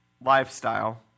lifestyle